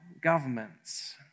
governments